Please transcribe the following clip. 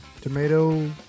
tomato